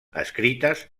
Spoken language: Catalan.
escrites